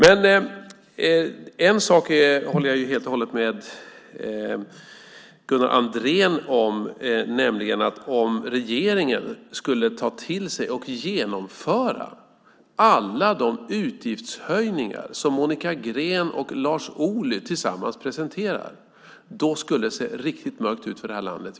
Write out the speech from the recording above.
En sak håller jag helt med Gunnar Andrén om: Om regeringen skulle ta till sig och genomföra alla de utgiftshöjningar som Monica Green och Lars Ohly tillsammans presenterar skulle det se riktigt mörkt ut för det här landet.